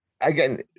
again